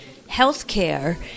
healthcare